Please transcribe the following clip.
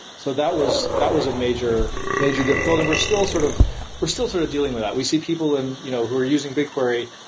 so that was that was a major major difficulty. we're still sort of we're still sort of dealing with that. we see people and you know we're using bigquery,